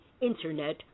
internet